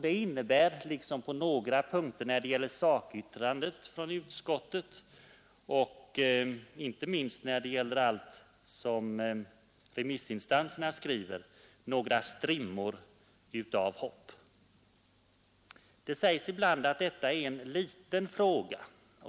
Det innebär, liksom sakyttrandet från utskottet på några punkter och inte minst allt som remissinstanserna skriver, några strimmor av hopp. Det sägs ibland att djurskyddet är en liten fråga.